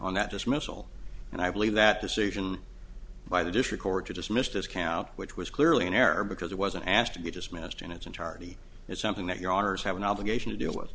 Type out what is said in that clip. on that dismissal and i believe that decision by the dish or court to dismiss discount which was clearly an error because it wasn't asked to be dismissed in its entirety is something that your honors have an obligation to deal with